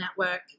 network